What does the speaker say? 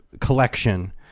collection